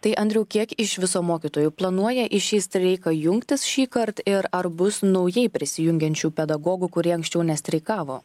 tai andriau kiek iš viso mokytojų planuoja į šį streiką jungtis šįkart ir ar bus naujai prisijungiančių pedagogų kurie anksčiau nestreikavo